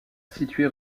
située